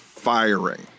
Firing